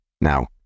Now